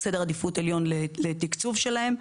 עדיפות עליון לתקצוב שלהם,